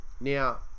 now